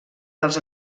dels